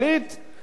להבדיל,